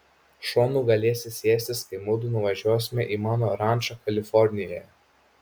šonu galėsi sėstis kai mudu nuvažiuosime į mano rančą kalifornijoje